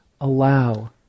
allow